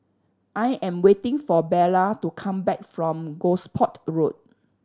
I am waiting for Bella to come back from Gosport Road